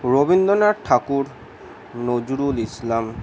Rabindranath Tagore Nazrul Islam